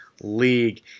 League